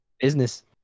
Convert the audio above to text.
Business